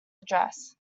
address